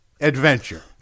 adventure